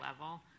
level